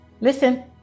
listen